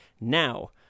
Now